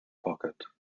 pocket